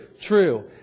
true